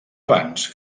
abans